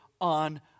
on